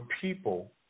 people